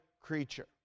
creature